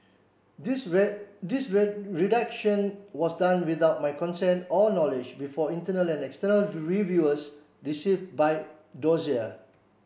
this red this red redaction was done without my consent or knowledge before internal and external reviewers received by dossier